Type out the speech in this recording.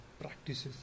practices